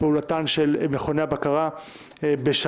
פעולתן של מכוני הבקרה בשנה,